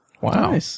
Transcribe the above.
Wow